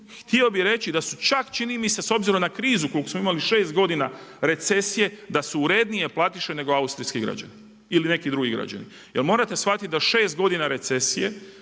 Htio bih reći da su čak čini mi se s obzirom na krizu koliko smo imali 6 godina recesije da su urednije platiše nego austrijski građani ili neki drugi građani. Jer morate shvatiti da 6 godina recesije